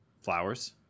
Flowers